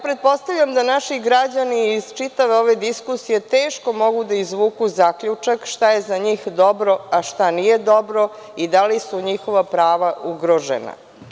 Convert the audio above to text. Pretpostavljam da naši građani iz čitave ove diskusije teško mogu da izvuku zaključak šta je za njih dobro, a šta nije dobro i da li su njihova prava ugrožena.